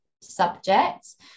subjects